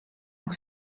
nog